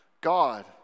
God